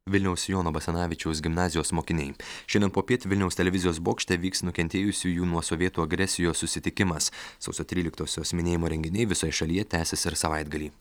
vilniaus jono basanavičiaus gimnazijos mokiniai šiandien popiet vilniaus televizijos bokšte vyks nukentėjusiųjų nuo sovietų agresijos susitikimas sausio tryliktosios minėjimo renginiai visoje šalyje tęsis ir savaitgalį